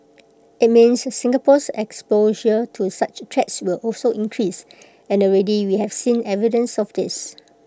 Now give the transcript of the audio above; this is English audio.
IT means Singapore's exposure to such threats will also increase and already we have seen evidence of this